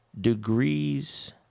Degrees